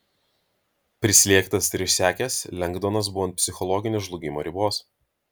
prislėgtas ir išsekęs lengdonas buvo ant psichologinio žlugimo ribos